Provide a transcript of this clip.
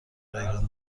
رایگان